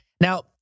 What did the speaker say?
Now